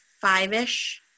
five-ish